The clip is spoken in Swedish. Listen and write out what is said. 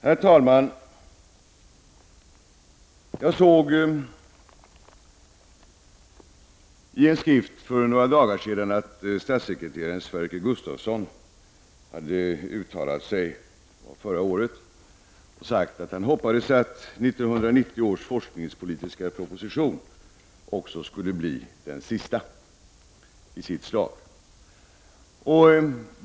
Herr talman! Jag såg i en skrift för några dagar sedan att statssekreteraren Sverker Gustavsson hade uttalat sig förra året och sagt att han hoppades att 1990 års forskningspolitiska proposition också skulle bli den sista i sitt slag.